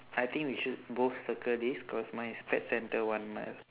I think we should both circle this cause mine is pet centre one mile